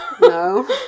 No